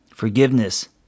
Forgiveness